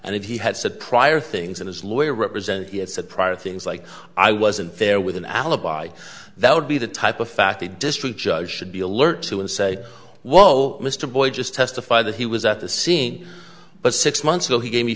if he had said prior things and his lawyer representing he had said prior things like i wasn't there with an alibi that would be the type of fact a district judge should be alert to and say whoa mr boyd just testified that he was at the scene but six months ago he gave me